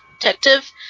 detective